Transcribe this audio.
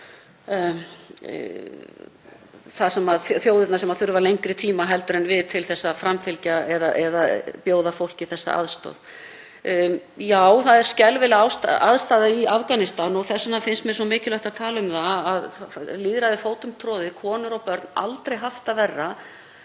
með þeim þjóðum sem þurfa lengri tíma heldur en við til að framfylgja eða bjóða fólki þessa aðstoð. Já, það er skelfileg aðstaða í Afganistan og þess vegna finnst mér svo mikilvægt að tala um það að lýðræðið er fótumtroðið, konur og börn hafa aldrei haft það verra